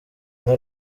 nka